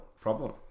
Problem